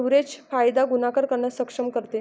leverage फायदा गुणाकार करण्यास सक्षम करते